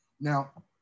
Now